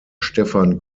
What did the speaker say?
stefan